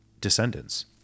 descendants